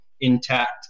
intact